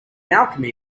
alchemy